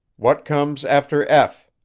what comes after f?